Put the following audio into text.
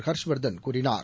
ஹர்ஷ்வர்தன் கூறினார்